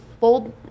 Fold